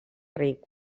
ric